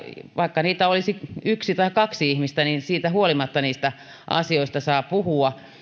vaikka niitä olisi yksi tai kaksi ihmistä niin siitä huolimatta niistä asioista saa puhua